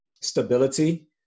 stability